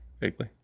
vaguely